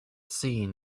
seen